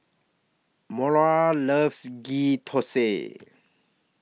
Mora loves Ghee Thosai